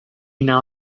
now